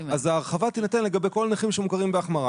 ההרחבה תינתן לגבי כל הנכים שמוכרים בהרחבה.